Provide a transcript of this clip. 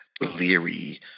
leery